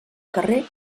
carrer